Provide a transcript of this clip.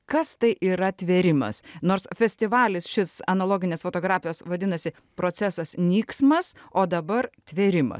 kas tai yra tvėrimas nors festivalis šis analoginės fotografijos vadinasi procesas nyksmas o dabar tvėrimas